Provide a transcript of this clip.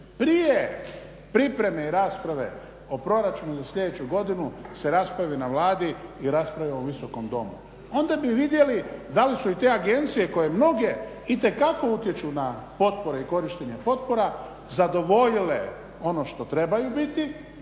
prije pripreme i rasprave o proračunu za sljedeću godinu se raspravi na Vladi i raspravi u ovom Visokom domu. Onda bi vidjeli da li su i te agencije koje mnoge itekako utječu na potpore i korištenje potpora zadovoljile ono što trebaju biti